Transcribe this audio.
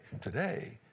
today